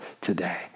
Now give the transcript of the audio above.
today